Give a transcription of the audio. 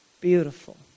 Beautiful